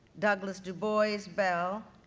douglass dubois bell,